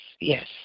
yes